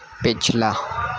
پچھلا